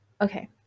okay